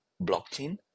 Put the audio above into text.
blockchain